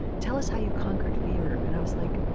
tell us how you conquered fear, and i was like,